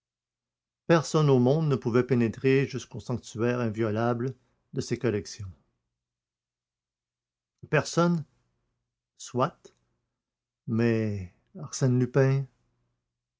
personne au monde ne pouvait pénétrer jusqu'au sanctuaire inviolable de ses collections personne soit mais arsène lupin